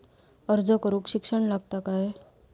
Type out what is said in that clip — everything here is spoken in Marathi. अर्ज करूक शिक्षण लागता काय?